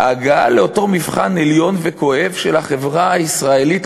ההגעה לאותו מבחן עליון וכואב של החברה הישראלית,